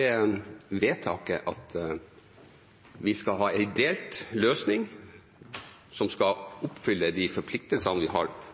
er vedtaket at vi skal ha en delt løsning som skal oppfylle de forpliktelsene vi har